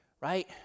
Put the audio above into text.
right